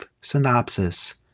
synopsis